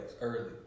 early